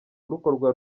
rukorwa